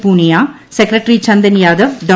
Punia secretary Chandan Yadav Dr